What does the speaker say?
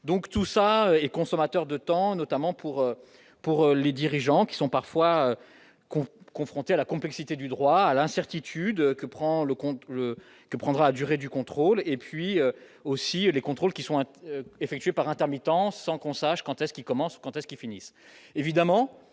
donc tout ça est consommateur de temps notamment pour pour les dirigeants qui sont parfois qu'confronté à la complexité du droit à l'incertitude que prend le compte que prendra durée du contrôle et puis aussi les contrôles qui sont effectués par intermittence, sans qu'on sache quand est-ce qui commence, quant à ceux qui finissent